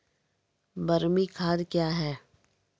बरमी खाद कया हैं?